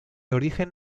origen